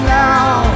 now